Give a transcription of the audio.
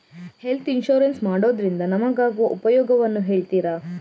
Health insurance ಮಾಡೋದ್ರಿಂದ ನಮಗಾಗುವ ಉಪಯೋಗವನ್ನು ಹೇಳ್ತೀರಾ?